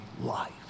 life